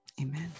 amen